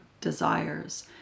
desires